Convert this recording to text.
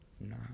No